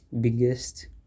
biggest